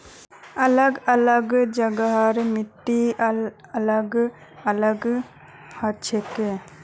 अलग अलग जगहर मिट्टी अलग अलग हछेक